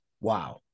Wow